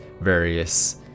various